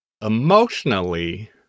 emotionally